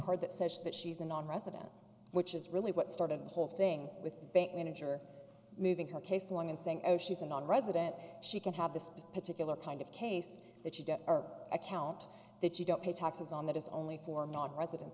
card that says that she's a nonresident which is really what started the whole thing with the bank manager moving her case along and saying oh she's a nonresident she could have this particular kind of case that you get our account that you don't pay taxes on that is only for not residents